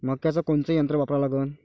मक्याचं कोनचं यंत्र वापरा लागन?